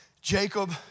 Jacob